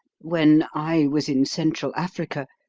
when i was in central africa,